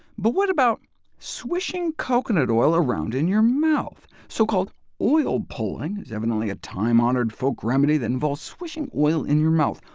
but what about swishing coconut oil around in your mouth? so-called oil pulling is evidently a time-honored folk remedy that involves swishing oil in your mouth,